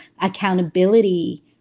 accountability